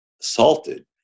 assaulted